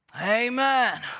Amen